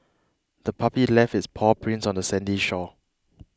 the puppy left its paw prints on the sandy shore